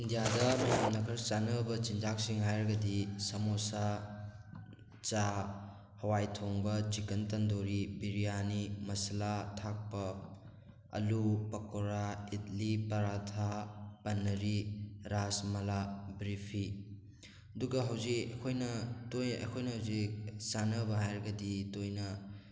ꯏꯟꯗꯤꯌꯥꯗ ꯃꯌꯥꯝꯅ ꯈꯔ ꯆꯥꯅꯕ ꯆꯤꯟꯖꯥꯛꯁꯤꯡ ꯍꯥꯏꯔꯒꯗꯤ ꯁꯥꯃꯣꯁꯥ ꯆꯥ ꯍꯋꯥꯏ ꯊꯣꯡꯕ ꯆꯤꯛꯀꯟ ꯇꯟꯗꯨꯔꯤ ꯕꯤꯔꯌꯥꯅꯤ ꯃꯁꯥꯂꯥ ꯊꯥꯛꯄ ꯑꯜꯂꯨ ꯄꯀꯣꯔꯥ ꯏꯗꯂꯤ ꯄꯥꯔꯥꯊꯥ ꯄꯟꯅꯔꯤ ꯔꯥꯁ ꯃꯥꯂꯥ ꯕ꯭ꯔꯤꯐꯤ ꯑꯗꯨꯒ ꯍꯧꯖꯤꯛ ꯑꯩꯈꯣꯏꯅ ꯑꯩꯈꯣꯏꯅ ꯍꯧꯖꯤꯛ ꯆꯥꯅꯕ ꯍꯥꯏꯔꯒꯗꯤ ꯇꯣꯏꯅ